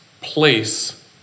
place